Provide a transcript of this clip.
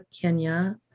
Kenya